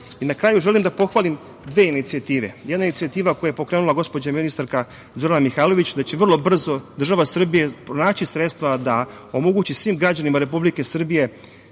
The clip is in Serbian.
na kraju želim da pohvalim dve inicijative. Jedna inicijativa koju je pokrenula gospođa ministarka Zorana Mihajlović, da će vrlo brzo država Srbija pronaći sredstva da omogući svim građanima Republike Srbije,